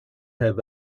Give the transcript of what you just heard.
have